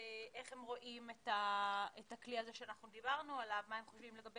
איך הם רואים את הכלי הזה שאנחנו דיברנו עליו ומה הם חושבים לגביו